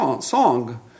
song